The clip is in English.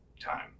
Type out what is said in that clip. time